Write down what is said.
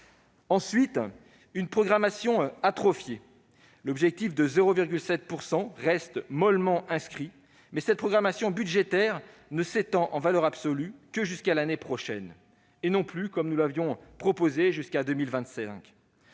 budgétaire est atrophiée. L'objectif de 0,7 % reste mollement inscrit, mais cette programmation n'est fixée en valeur absolue que jusqu'à l'année prochaine, et non plus, comme nous l'avions proposé, jusqu'en 2025.